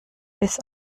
bis